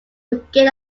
forget